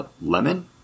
lemon